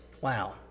Wow